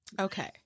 Okay